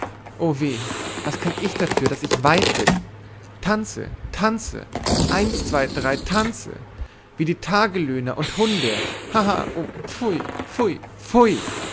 o weh was kann ich dafür daß ich weib bin tanze tanze eins zwei drei tanze wie die tagelöhner und hunde haha oh pfui pfui pfui